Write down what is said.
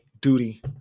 Duty